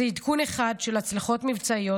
"זה עדכון אחד של הצלחות מבצעיות,